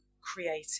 creating